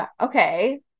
okay